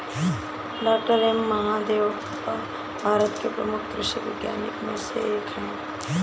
doctor M Mahadevappa Bharat के प्रमुख कृषि वैज्ञानिकों में से एक हैं